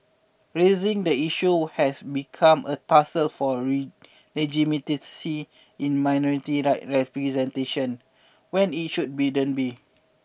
raising the issue has become a tussle for a legitimacy in minority rights representation when it should be don't be